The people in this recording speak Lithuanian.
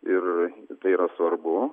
ir tai yra svarbu